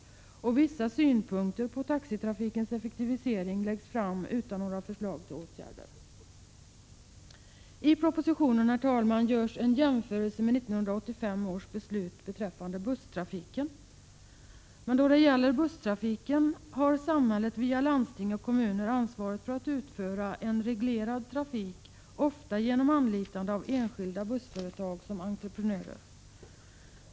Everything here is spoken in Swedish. Och vissa synpunkter på taxitrafikens effektivisering läggs fram utan några förslag till åtgärder. Herr talman! I propositionen görs en jämförelse med 1985 års beslut beträffande busstrafiken. Men då det gäller busstrafiken har samhället via landsting och kommuner ansvaret för att utföra en reglerad trafik, ofta genom anlitande av enskilda bussföretag som entreprenörer.